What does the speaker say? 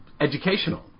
educational